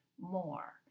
more